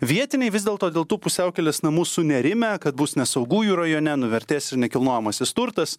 vietiniai vis dėlto dėl tų pusiaukelės namų sunerimę kad bus nesaugu jų rajone nuvertės ir nekilnojamasis turtas